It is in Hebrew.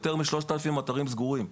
יותר מ-3,000 אתרים סגורים.